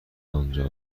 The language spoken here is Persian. آنجا